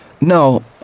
No